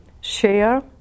share